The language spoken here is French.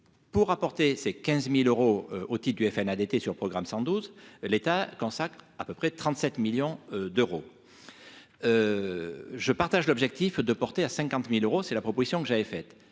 pour apporter ses 15000 euros otite du FN été sur programme 112 l'État consacre à peu près de 37 millions d'euros, je partage l'objectif de porter à 50000 euros, c'est la proposition que j'avais fait